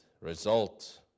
result